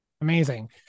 amazing